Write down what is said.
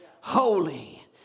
holy